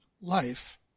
life